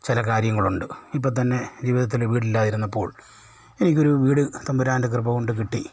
ചില കാര്യങ്ങളുണ്ട് ഇപ്പോൾ തന്നെ ജീവിതത്തിൽ വീടില്ലായിരുന്നപ്പോൾ എനിക്ക് ഒരു വീട് തമ്പുരാൻ്റെ കൃപ കൊണ്ട് കിട്ടി